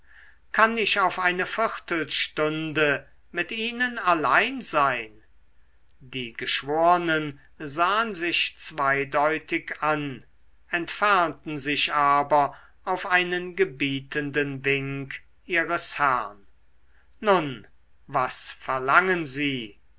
kann ich auf eine viertelstunde mit ihnen allein sein die geschwornen sahen sich zweideutig an entfernten sich aber auf einen gebietenden wink ihres herrn nun was verlangen sie